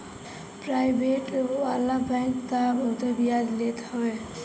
private वाला bank तअ बहुते बियाज लेत हवे